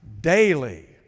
daily